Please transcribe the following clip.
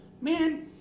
man